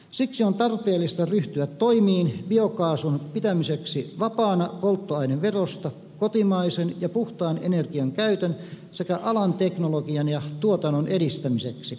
siksi on tarpeellista ryhtyä toimiin biokaasun pitämiseksi vapaana polttoaineverosta kotimaisen ja puhtaan energiankäytön sekä alan teknologian ja tuotannon edistämiseksi